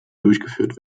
durchgeführt